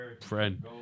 friend